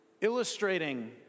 Illustrating